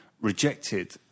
rejected